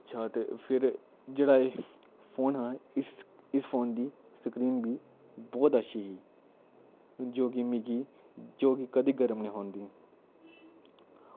अच्छा ते फिर जेह्ड़ा एह् फोन हा इस इस फोन दी स्क्रीन बी बोह्त अच्छी ही जो की मिगी जी कि कदें गरम निं हा होंदी